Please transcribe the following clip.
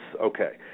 Okay